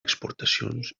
exportacions